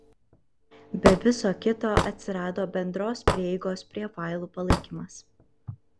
be viso kito atsirado bendros prieigos prie failų palaikymas